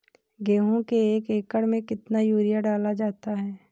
गेहूँ के एक एकड़ में कितना यूरिया डाला जाता है?